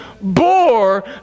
bore